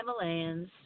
Himalayas